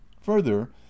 further